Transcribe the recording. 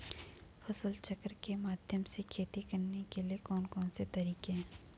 फसल चक्र के माध्यम से खेती करने के लिए कौन कौन से तरीके हैं?